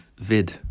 vid